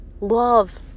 love